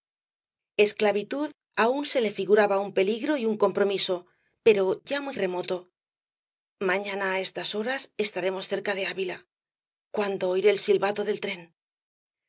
esclavitud aún se le figuraba un peligro y un compromiso pero ya muy remoto mañana á estas horas estaremos cerca de avila cuándo oiré el silbato del tren